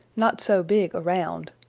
not so big around,